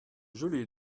joli